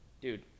Dude